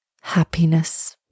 happiness